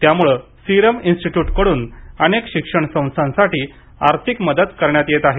त्यामुळे सिरम इन्स्टिट्यूटकडून अनेक शिक्षण संस्थांसाठी आर्थिक मदत करण्यात येत आहे